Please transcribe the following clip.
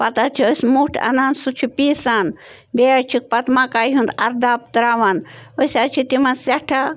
پتہٕ حظ چھِ أسۍ مُٹھ اَنان سُہ چھِ پیٖسان بیٚیہِ حظ چھِکھ پتہٕ مکایہِ ہُنٛد اَرداب ترٛاوان أسۍ حظ چھِ تِمَن سٮ۪ٹھاہ